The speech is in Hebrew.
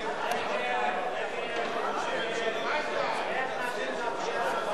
קדימה להביע אי-אמון בממשלה לא נתקבלה.